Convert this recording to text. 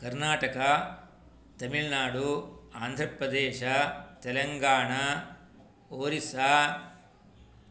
कर्णाटका तमिल्नाडु आन्ध्रप्रदेशः तेलङ्गाणा ओरिसा